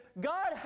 God